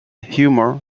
humor